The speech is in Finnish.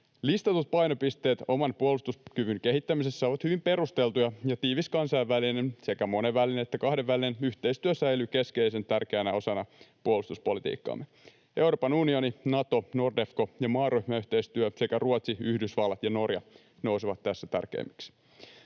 Listatut painopisteet oman puolustuskyvyn kehittämisessä ovat hyvin perusteltuja, ja tiivis kansainvälinen, sekä monenvälinen että kahdenvälinen, yhteistyö säilyy keskeisen tärkeänä osana puolustuspolitiikkaamme. Euroopan unioni, Nato, Nordefco ja maaryhmäyhteistyö sekä Ruotsi, Yhdysvallat ja Norja nousevat tässä tärkeimmiksi.